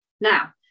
Now